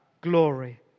glory